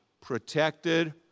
protected